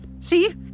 See